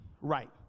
Right